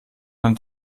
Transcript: man